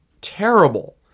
terrible